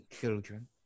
children